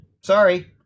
Sorry